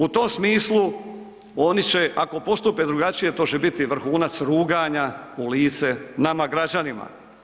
U tom smislu oni će ako postupe drugačije to će biti vrhunac ruganja u lice nama građanima.